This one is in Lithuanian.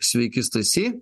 sveiki stasy